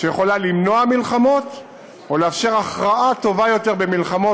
שיכולה למנוע מלחמות או לאפשר הכרעה טובה יותר במלחמות,